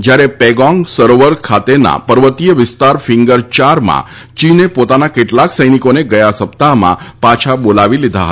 જ્યારે પેગોંગ સરોવર પાસેના પર્વતીય વિસ્તાર ફિંગર ચારમાં ચીને પોતાના કેટલાંક સૈનિકોને ગયા સપ્તાહમાં પાછા બોલાવી લીધા હતા